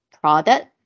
product